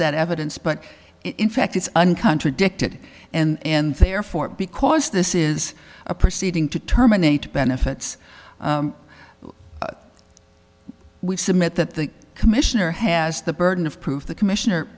that evidence but in fact it's un contradicted and therefore because this is a proceeding to terminate benefits we submit that the commissioner has the burden of proof the commissioner